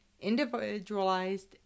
individualized